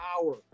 power